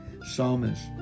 psalmist